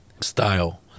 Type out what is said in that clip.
style